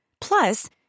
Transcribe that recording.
Plus